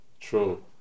true